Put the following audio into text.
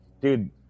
dude